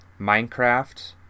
Minecraft